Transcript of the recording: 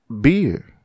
beer